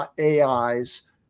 AIs